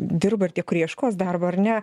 dirba ir tie kurie ieškos darbo ar ne